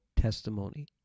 testimony